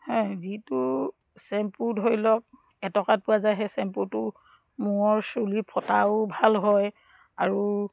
যিটো চেম্পু ধৰি লওক এটকাত পোৱা যায় সেই চেম্পুটো মূৰৰ চুলি ফটাও ভাল হয় আৰু